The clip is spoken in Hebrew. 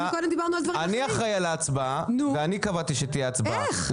אני אחראי על ההצבעה ואני קבעתי שתהיה הצבעה.